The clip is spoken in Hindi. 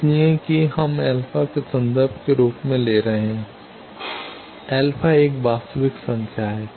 इसलिए कि हम अल्फा α के संदर्भ के रूप में ले रहे हैं अल्फा एक वास्तविक संख्या है